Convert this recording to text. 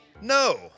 no